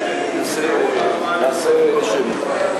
נעשה שמית.